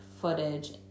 footage